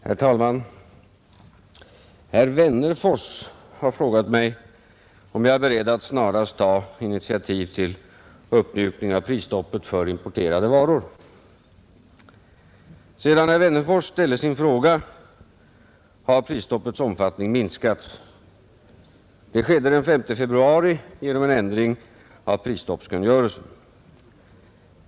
Herr talman! Herr Wennerfors har frågat mig om jag är beredd att snarast ta initiativ till uppmjukning av prisstoppet för impo.terade varor. Sedan herr Wennerfors ställde sin fråga har prisstoppets omfattning minskats. Det skedde den 5 februari genom en ändring av prisstoppskungörelsen.